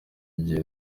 igihe